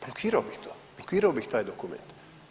Blokirao bih to, blokirao bih taj dokument.